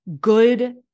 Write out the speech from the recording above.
good